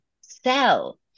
sell